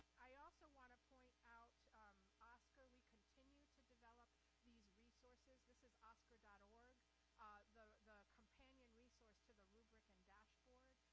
i also wanna point out oscqr, we continue to develop these resources. this is oscqr and org, the the companion resource to the rubric and dashboard,